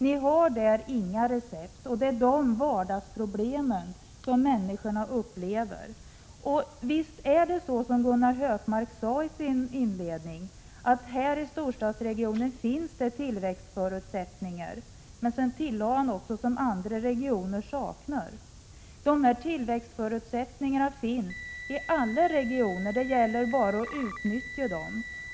Ni har inga recept, men det är vardagsproblemen som människorna upplever. Visst är det så som Gunnar Hökmark sade i sin inledning, nämligen att det finns tillväxtförutsättningar här i storstadsregionen. Sedan tillade Gunnar Hökmark: ”som andra regioner saknar”. Tillväxtförutsättningarna finns i alla regioner, det gäller bara att utnyttja dem.